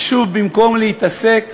ושוב במקום להתעסק